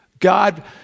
God